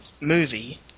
movie